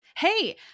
Hey